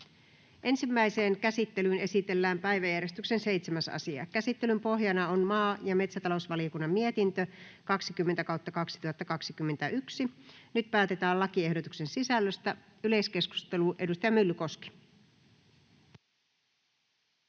Ensimmäiseen käsittelyyn esitellään päiväjärjestyksen 7. asia. Käsittelyn pohjana on maa- ja metsätalousvaliokunnan mietintö MmVM 20/2021 vp. Nyt päätetään lakiehdotuksen sisällöstä. — Yleiskeskustelu, edustaja Myllykoski.